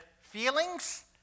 feelings